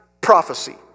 prophecy